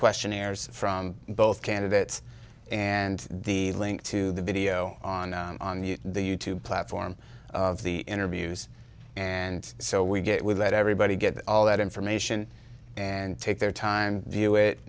questionnaires from both candidates and the link to the video on the you tube platform of the interviews and so we get we let everybody get all that information and take their time